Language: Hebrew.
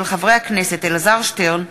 של חברי הכנסת אלעזר שטרן,